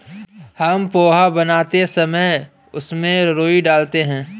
हम पोहा बनाते समय उसमें राई डालते हैं